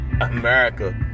America